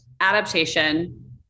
Adaptation